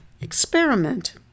Experiment